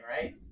right